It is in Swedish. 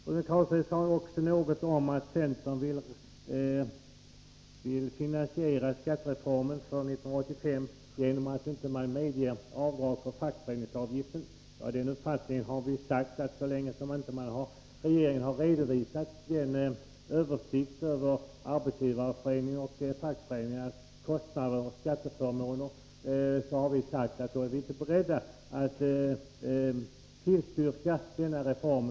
Rune Carlstein påstod också att centern vill finansiera skattereformen för 1985 genom att inte medge avdrag för fackföreningsavgifter. Vi har sagt att vi så länge regeringen inte har redovisat en översikt över Arbetsgivareföreningens och fackföreningarnas kostnader och skatteförmåner inte är beredda att tillstyrka denna reform.